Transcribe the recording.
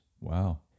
Wow